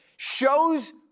shows